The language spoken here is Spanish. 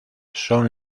son